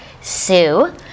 Sue